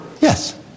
Yes